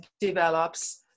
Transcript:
develops